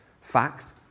fact